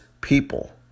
people